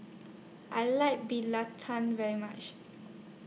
I like Belacan very much